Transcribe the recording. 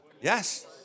yes